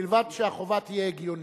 ובלבד שהחובה תהיה הגיונית.